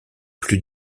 plus